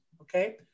okay